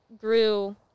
grew